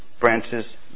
branches